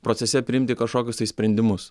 procese priimti kažkokius tai sprendimus